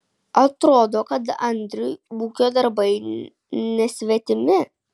atrodo kad andriui ūkio darbai nesvetimi